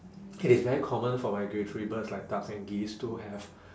K it's very common for migratory birds like ducks and geese to have